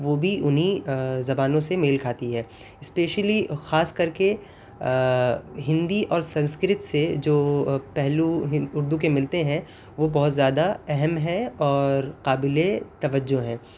وہ بھی انہیں زبانوں سے میل کھاتی ہے اسپیشلی خاص کر کے ہندی اور سنسکرت سے جو پہلو اردو کے ملتے ہیں وہ بہت زیادہ اہم ہیں اور قابل توجہ ہیں